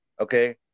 okay